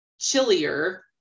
chillier